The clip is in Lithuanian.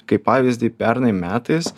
kaip pavyzdį pernai metais